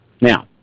Now